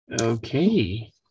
Okay